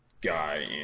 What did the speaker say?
guy